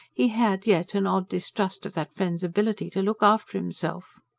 he had yet an odd distrust of that friend's ability to look after himself.